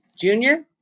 junior